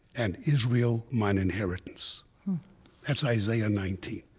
and israel, mine inheritance that's isaiah nineteen.